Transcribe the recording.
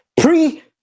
Pre